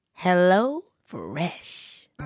HelloFresh